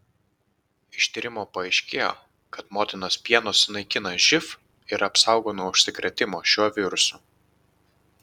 iš tyrimo paaiškėjo kad motinos pienas sunaikina živ ir apsaugo nuo užsikrėtimo šiuo virusu